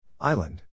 Island